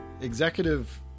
executive